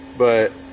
but